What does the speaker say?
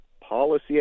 policy